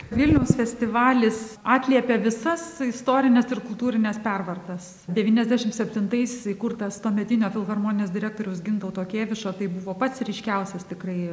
vilniaus festivalis atliepia visas istorines ir kultūrines pervartas devyniasdešim septintais įkurtas tuometinio filharmonijos direktoriaus gintauto kėvišo tai buvo pats ryškiausias tikrai